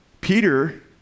Peter